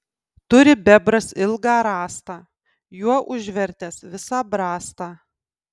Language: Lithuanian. turi bebras ilgą rąstą juo užvertęs visą brastą